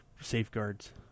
safeguards